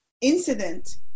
incident